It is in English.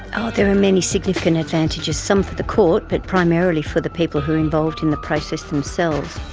oh there are many significant advantages, some for the court, but primarily for the people who are involved in the process themselves.